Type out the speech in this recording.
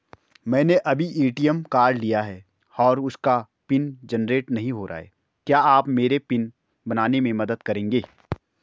मैंने अभी ATM card लिया है और उसका पिन जेनरेट नहीं हो रहा है क्या आप मेरा पिन बनाने में मदद करेंगे?